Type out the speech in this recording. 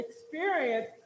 experience